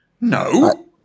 no